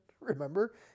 Remember